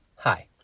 Hi